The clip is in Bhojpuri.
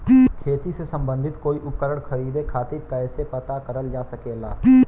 खेती से सम्बन्धित कोई उपकरण खरीदे खातीर कइसे पता करल जा सकेला?